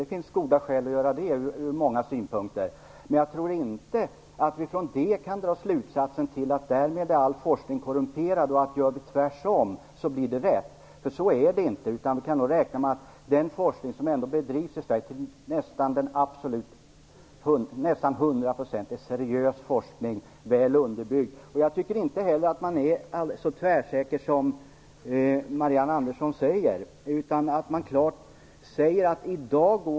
Det finns goda skäl att göra det ur många synpunkter. Men jag tror inte att vi av det kan dra slutsatsen att all forskning därmed är korrumperad och tro att om vi gör tvärtom så blir det rätt. Så är det ju inte. Vi kan räkna med att den forskning som ändå bedrivs i Sverige till nästan 100 % är seriös forskning och väl underbyggd. Jag tycker inte att man är så tvärsäker i forskarvärlden som Marianne Andersson säger.